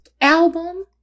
album